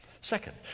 Second